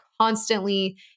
constantly